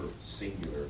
singular